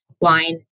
Wine